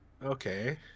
Okay